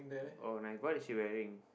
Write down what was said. oh nice what is she wearing